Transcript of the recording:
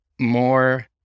more